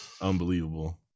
Unbelievable